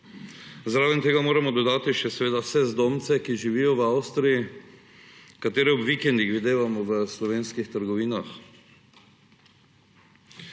Zraven tega moramo dodati še vse zdomce, ki živijo v Avstriji, ki jih ob vikendih videvamo v slovenskih trgovinah.